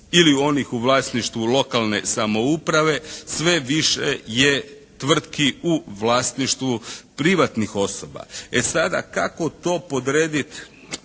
ili onih u vlasništvu lokalne samouprave, sve više je tvrtki u vlasništvu privatnih osoba. E, sada kako to podredit,